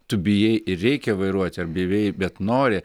tu bijai ir reikia vairuoti ar bivei bet nori